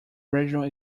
regional